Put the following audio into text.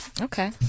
Okay